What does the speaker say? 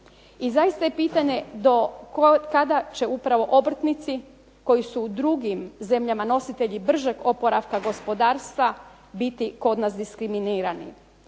I zaista je pitanje, do kada će upravo obrtnici koji su u drugim zemljama nositelji bržeg oporavka gospodarstva biti kod nas diskriminirani.